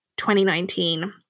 2019